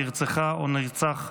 נרצחה או נרצח,